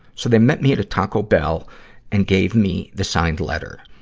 so, they met me at a taco bell and gave me the signed letter.